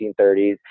1930s